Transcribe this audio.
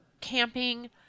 camping